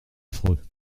affreux